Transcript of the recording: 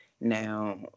Now